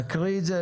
נקריא את זה,